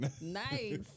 Nice